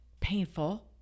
painful